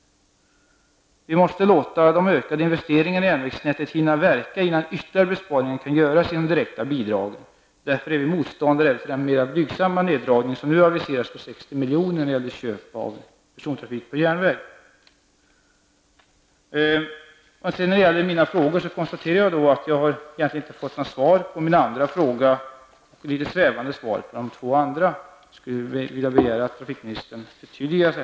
Vi måste låta de ökade investeringarna i järnvägsnätet hinna verka, innan ytterligare besparingar kan göras i de direkta bidragen. Därför är vi motståndare även till den mera blygsamma neddragningen på 60 milj.kr. när det gäller köp av persontrafik på järnväg. Beträffande mina frågor konstaterar jag att jag egentligen inte har fått något svar på den andra frågan. Dessutom har jag fått ett svävande svar på de två andra frågorna. Jag skulle vilja att kommunikationsministern förtydligar sig.